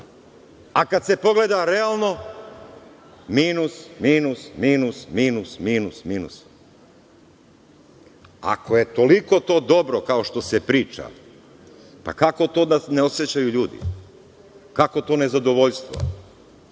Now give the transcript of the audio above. A kad se pogleda realno minus, minus, minus, minus. Ako je toliko to dobro, kao što se priča, kako to da ne osećaju ljudi? Kako to nezadovoljstvo? Ove